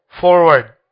forward